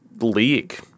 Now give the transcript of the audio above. league